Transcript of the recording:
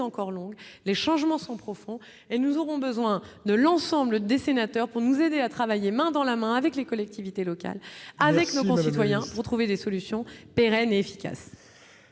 encore longue, les changements sont profonds et nous aurons besoin de l'ensemble des sénateurs pour nous aider à travailler main dans la main avec les collectivités locales avec nos concitoyens, pour trouver des solutions pérennes et efficaces.